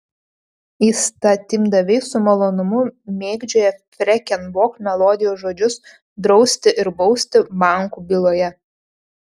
įstatymdaviai su malonumu mėgdžioja freken bok melodijos žodžius drausti ir bausti bankų byloje